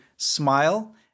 Smile